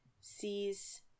sees